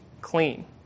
clean